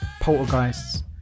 poltergeists